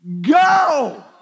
go